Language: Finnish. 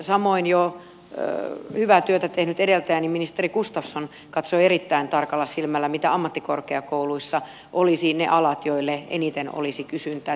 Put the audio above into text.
samoin jo hyvää työtä tehnyt edeltäjäni ministeri gustafsson katsoi erittäin tarkalla silmällä mitkä ammattikorkeakouluissa olisivat ne alat joille eniten olisi kysyntää